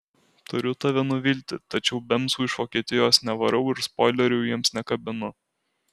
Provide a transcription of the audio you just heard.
turiu tave nuvilti tačiau bemsų iš vokietijos nevarau ir spoilerių jiems nekabinu